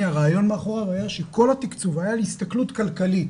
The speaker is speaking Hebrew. הרעיון מאחורי הרלב"ד שכל התקצוב היה על הסתכלות כלכלית,